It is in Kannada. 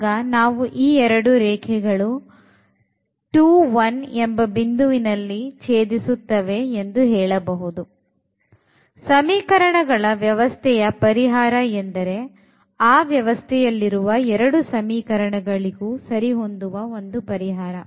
ಆಗ ನಾವು ಈ ಎರಡು ರೇಖೆಗಳು 21 ನಲ್ಲಿ ಛೇದಿಸುತ್ತವೆ ಎಂದು ಹೇಳಬಹುದು ಸಮೀಕರಣಗಳ ವ್ಯವಸ್ಥೆಯ ಪರಿಹಾರ ಎಂದರೆ ಆ ವ್ಯವಸ್ಥೆಯಲ್ಲಿರುವ 2 ಸಮೀಕರಣ ಗಳಿಗೂ ಸರಿಹೊಂದುವ ಒಂದು ಪರಿಹಾರ